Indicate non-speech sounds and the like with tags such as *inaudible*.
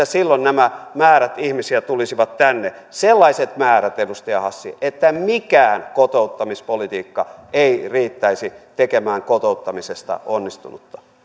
*unintelligible* silloin nämä määrät ihmisiä tulisivat tänne sellaiset määrät edustaja hassi että mikään kotouttamispolitiikka ei riittäisi tekemään kotouttamisesta onnistunutta